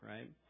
Right